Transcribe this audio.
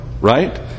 right